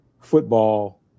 football